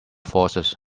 forces